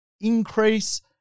increase